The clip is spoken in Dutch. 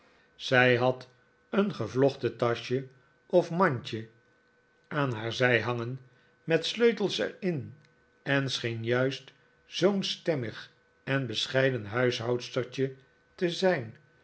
zij had een gevlochten taschje of mandje aan haar zij hangen met sleutels er in en scheen juist zoo'n stemmig en bescheiden huishoudstertje te zijn